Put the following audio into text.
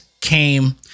came